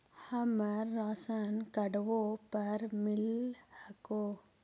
हमरा राशनकार्डवो पर मिल हको?